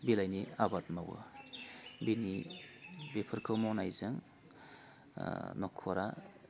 बिलाइनि आबाद मावो बिनि बेफोरखौ मावनायजों ओह नखरा